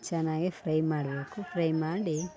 ಚೆನ್ನಾಗಿ ಫ್ರೈ ಮಾಡಬೇಕು ಫ್ರೈ ಮಾಡಿ